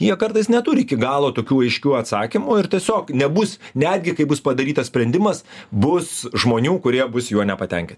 jie kartais neturi iki galo tokių aiškių atsakymų ir tiesiog nebus netgi kai bus padarytas sprendimas bus žmonių kurie bus juo nepatenkinti